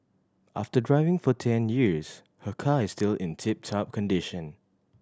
after driving for ten years her car is still in tip top condition